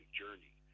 journey